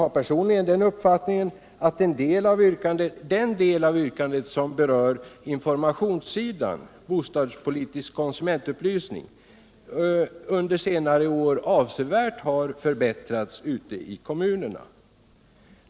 Jag har den uppfattningen att den del av yrkandet som berör informationssidan, bostadspolitisk konsumentupplysning, under senare år avsevärt har förbättrats i kommunerna.